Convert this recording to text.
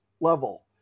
level